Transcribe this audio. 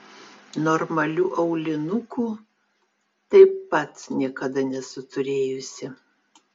normalių aulinukų taip pat niekada nesu turėjusi